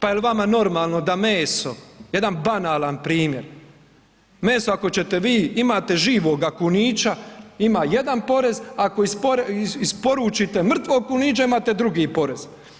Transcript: Pa jel vama normalno da meso, jedan banalan primjer, meso ako ćete vi, imate živoga kunića, ima jedan porez, ako isporučite mrtvog kunića, imate drugi porez.